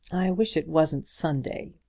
i wish it wasn't sunday,